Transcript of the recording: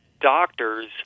doctors